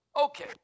Okay